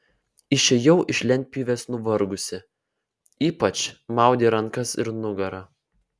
išėjau iš lentpjūvės nuvargusi ypač maudė rankas ir nugarą